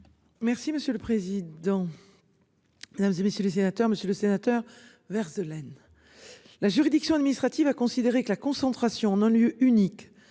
Merci monsieur le président. Mesdames et messieurs les sénateurs, Monsieur le Sénateur Vert laine. La juridiction administrative a considéré que la concentration en un lieu unique